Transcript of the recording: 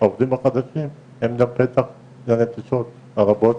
העובדים החדשים הם גם פתח לנטישות הרבות